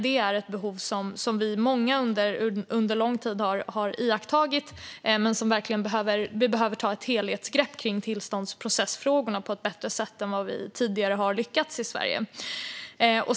Det är ett behov som vi många under lång tid har iakttagit. Vi behöver verkligen ta ett helhetsgrepp om tillståndsprocessfrågorna på ett bättre sätt än vi tidigare har lyckats med i Sverige.